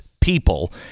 people